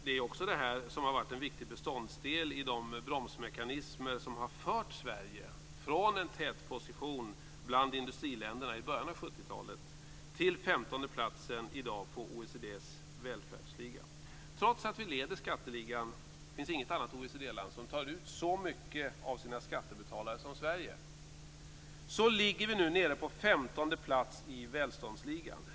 Detta har också varit en viktig beståndsdel i de bromsmekanismer som har fört Sverige från en tätposition bland industriländerna i början av 1970-talet till den 15:e platsen i dag i OECD:s välfärdsliga. Trots att vi leder skatteligan - det finns inget annat OECD land som tar ut så mycket av sina skattebetalare som Sverige - ligger vi nu nere på 15:e plats i välståndsligan.